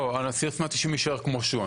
לא, סעיף 190 יישאר כמו שהוא.